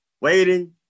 waiting